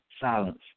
silence